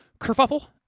kerfuffle